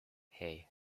hey